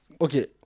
okay